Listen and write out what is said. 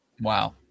Wow